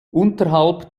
unterhalb